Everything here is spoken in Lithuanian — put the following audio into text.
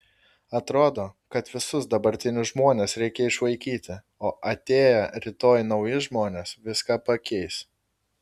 atrodo kad visus dabartinius žmones reikia išvaikyti o atėję rytoj nauji žmonės viską pakeis